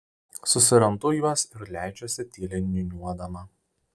susirandu juos ir leidžiuosi tyliai niūniuodama